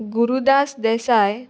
Gurudas Desai